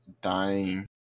Dying